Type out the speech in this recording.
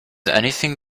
anything